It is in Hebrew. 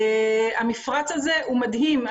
המפרץ הזה הוא מדהים.